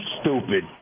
stupid